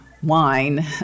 wine